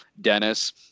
Dennis